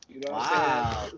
Wow